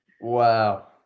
Wow